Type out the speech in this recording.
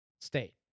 state